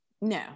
no